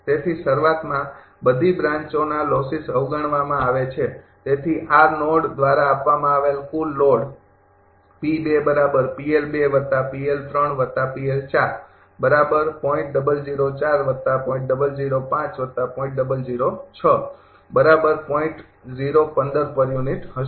તેથી શરૂઆતમાં બધી બ્રાંચોના લોસિસ અવગણવામાં આવે છે તેથી આ નોડ દ્વારા આપવામાં આવેલ કુલ લોડ હશે